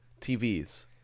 TVs